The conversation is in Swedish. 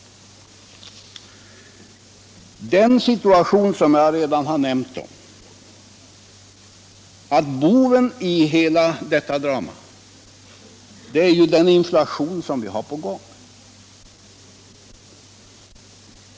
Som jag tidigare sade är boven i hela detta drama den inflation som pågår.